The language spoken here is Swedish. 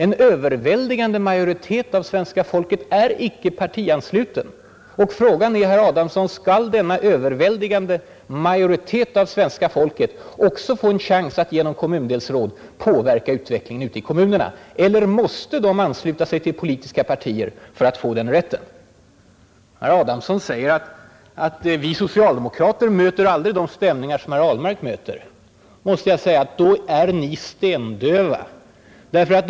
En överväldigande majoritet av svenska folket är alltså inte partiansluten. Då är frågan herr Adamsson: Skall denna överväldigande majoritet av svenska folket också få en chans att genom kommundelsråd påverka utvecklingen ute i kommunerna? Eller måste denna majoritet av folket ansluta sig till politiska partier för att få den rätten? Herr Adamsson säger att socialdemokraterna aldrig möter de stämningar som jag möter. Då måste jag säga att ni är stendöva.